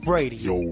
Radio